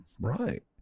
right